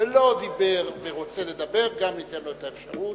ולא דיבר ורוצה לדבר, גם ניתן לו את האפשרות.